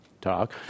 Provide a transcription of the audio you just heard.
talk